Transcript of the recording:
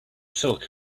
silk